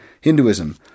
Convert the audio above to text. Hinduism